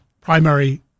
primary